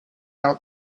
out